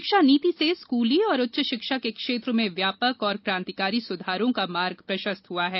शिक्षा नीति से स्कूली और उच्च शिक्षा के क्षेत्र में व्यापक और क्रांतिकारी सुधारों को मार्ग प्रशस्त हुआ है